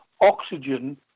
oxygen